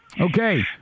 Okay